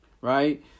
right